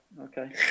okay